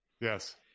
Yes